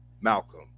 Malcolm